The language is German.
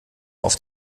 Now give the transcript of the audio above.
auf